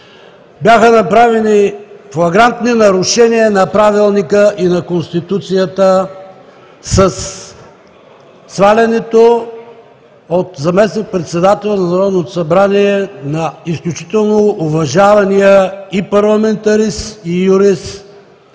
Бяха направени флагрантни нарушения на Правилника и на Конституцията със свалянето от заместник-председател на Народното събрание на изключително уважавания и парламентарист, и юрист